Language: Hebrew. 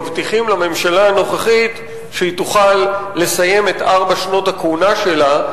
מבטיחים לממשלה הנוכחית שתוכל לסיים את ארבע שנות הכהונה שלה,